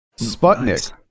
Sputnik